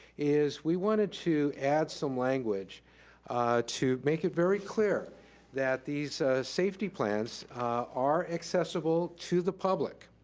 is we wanted to add some language to make it very clear that these safety plans are accessible to the public.